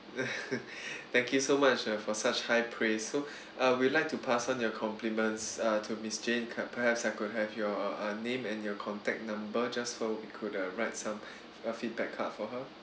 thank you so much for such high praise so uh we'd like to pass on your compliments uh to miss jane can perhaps I could have your uh name and your contact number just so we could uh write some uh feedback card for her